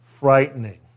Frightening